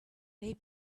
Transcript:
they